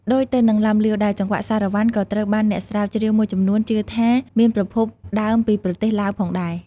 ដូចទៅនឹងឡាំលាវដែរ ចង្វាក់សារ៉ាវ៉ាន់ក៏ត្រូវបានអ្នកស្រាវជ្រាវមួយចំនួនជឿថាមានប្រភពដើមពីប្រទេសឡាវផងដែរ។